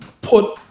put